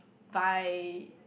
buy